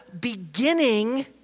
beginning